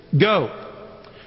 Go